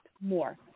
more